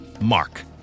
Mark